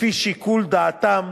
לפי שיקול דעתם.